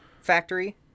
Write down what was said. factory